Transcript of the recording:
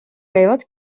käivad